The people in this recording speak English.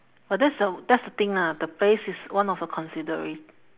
but that's the that's the thing lah the place is one of a considera~